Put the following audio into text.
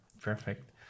Perfect